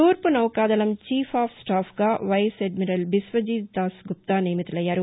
తూర్పు నౌకాదళం chief of స్టాఫ్గా వైస్అడ్మిరల్ బిశ్వజిత్దాస్ Gupta నియమితులయ్యారు